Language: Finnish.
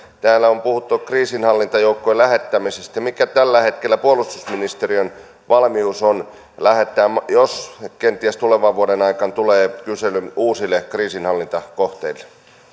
täällä on puhuttu kriisinhallintajoukkojen lähettämisestä mikä tällä hetkellä puolustusministeriön valmius on lähettää jos kenties tulevan vuoden aikana tulee kysely uusille kriisinhallintakohteille